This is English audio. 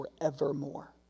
forevermore